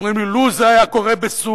ואומרים לי: לו זה היה קורה בסוריה.